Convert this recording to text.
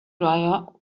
driver